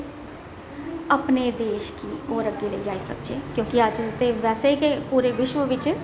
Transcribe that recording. अपने देश गी होर अग्गें लेई जाई सकचै क्योंकि अज्ज ते बैसे गै पूरे विश्व बिच्च